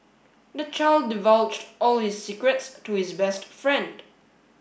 the child divulged all his secrets to his best friend